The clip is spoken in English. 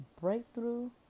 breakthrough